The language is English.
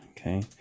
Okay